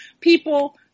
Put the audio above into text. people